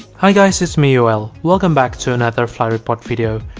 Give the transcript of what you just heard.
hi guys, its me yoel. welcome back to another flight report video!